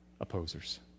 opposers